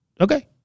Okay